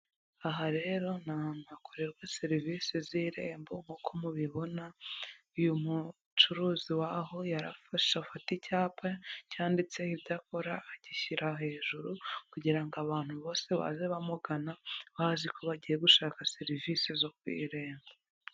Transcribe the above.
Aha rero ni ahantu hakorerwa serivisi z'irembo, nk'uko mubibona, uyu mucuruzi w'aho yarafashe afata icyapa cyanditseho ibyo akora, agishyira hejuru, kugira ngo abantu bose baze bamugana bazi ko bagiye gushaka serivisi zo ku irembo.